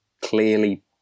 clearly